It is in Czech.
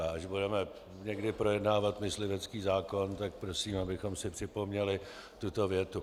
Až budeme někdy projednávat myslivecký zákon, tak prosím, abychom si připomněli tuto větu.